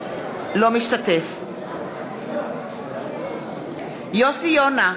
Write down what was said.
אינו משתתף בהצבעה יוסי יונה,